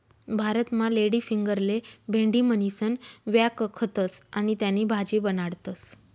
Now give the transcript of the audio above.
भारतमा लेडीफिंगरले भेंडी म्हणीसण व्यकखतस आणि त्यानी भाजी बनाडतस